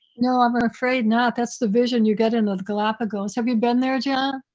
no, i'm afraid not that's the vision you get in the galapagos. have you been there, john?